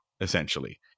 essentially